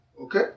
Okay